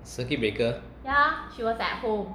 circuit breaker